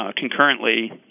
concurrently